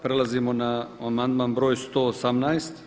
Prelazimo na amandman br. 118.